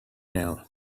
now